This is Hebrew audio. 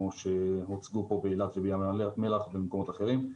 שהוצגו פה באילת ובים המלח ובמקומות אחרים.